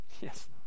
Yes